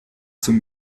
zum